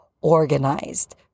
organized